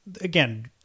again